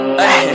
hey